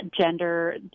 gender